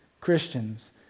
Christians